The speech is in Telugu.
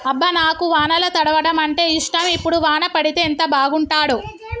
అబ్బ నాకు వానల తడవడం అంటేఇష్టం ఇప్పుడు వాన పడితే ఎంత బాగుంటాడో